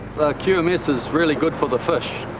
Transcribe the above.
qms is is really good for the fish.